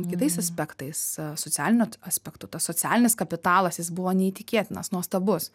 kitais aspektais socialiniu at aspektu tas socialinis kapitalas jis buvo neįtikėtinas nuostabus